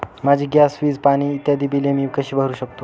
माझी गॅस, वीज, पाणी इत्यादि बिले मी कशी भरु शकतो?